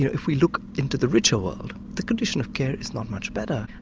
if we look into the richer world the condition of care is not much better.